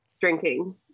drinking